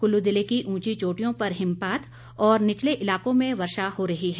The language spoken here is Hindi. कुल्लू जिले की ऊंची चोटियों पर हिमपात और निचले इलाकों में वर्षा हो रही है